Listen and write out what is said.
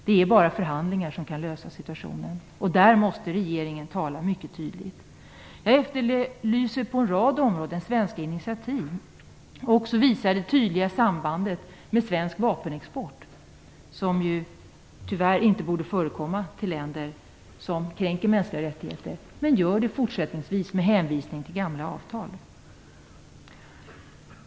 Det är bara förhandlingar som kan lösa problemen, och på den punkten måste vår regering vara mycket tydlig. Jag efterlyser svenska initiativ på en rad områden. Det finns här ett tydligt sambandet med svensk vapenexport, som inte borde förekomma till länder som kränker mänskliga rättigheter men som fortsätter med hänvisning till gamla avtal.